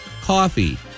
coffee